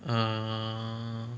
err